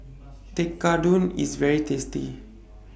Tekkadon IS very tasty